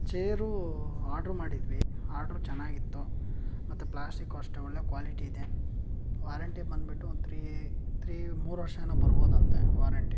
chair order ಮಾಡಿದ್ವಿ order ಚೆನ್ನಾಗಿತ್ತು ಮತ್ತು ಪ್ಲಾಸ್ಟಿಕ್ಕು ಅಷ್ಟೇ ಒಳ್ಳೆಯ ಕ್ವಾಲಿಟಿ ಇದೆ ವಾರೆಂಟಿ ಬಂದ್ಬಿಟ್ಟು ಒಂದು ತ್ರೀ ತ್ರೀ ಮೂರು ವರ್ಷ ಏನೋ ಬರ್ಬೋದಂತೆ ವಾರೆಂಟಿ